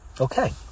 Okay